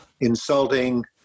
insulting